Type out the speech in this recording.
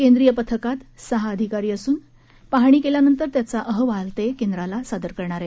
केंद्रीय पथकात सहा अधिकारी असून ते पाहणी केल्यानंतर त्याचा अहवाल केंद्राला सादर करणार आहेत